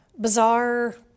bizarre